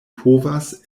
povas